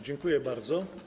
Dziękuję bardzo.